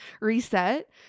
reset